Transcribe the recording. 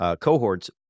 cohorts